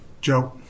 Joe